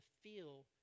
feel